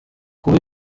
kuba